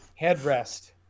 Headrest